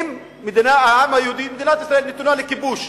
אם העם היהודי, מדינת ישראל נתונה לכיבוש,